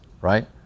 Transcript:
right